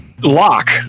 lock